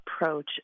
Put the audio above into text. approach